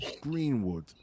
Greenwood